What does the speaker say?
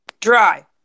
Dry